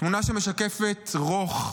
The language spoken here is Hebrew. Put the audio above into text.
היא תמונה שמשקפת רוך,